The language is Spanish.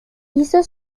hizo